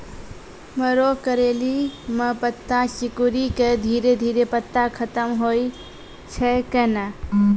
मरो करैली म पत्ता सिकुड़ी के धीरे धीरे पत्ता खत्म होय छै कैनै?